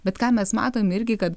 bet ką mes matom irgi kad